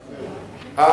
השמן, מי היה הרזה.